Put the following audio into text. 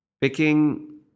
Picking